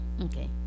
okay